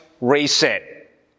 Reset